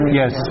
yes